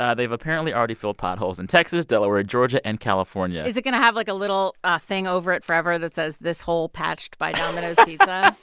ah they've apparently already filled potholes in texas, delaware, georgia and california is it going to have, like, a little ah thing over it forever that says, this hole patched by domino's pizza?